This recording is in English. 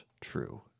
true